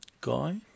Guy